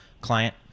client